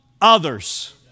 others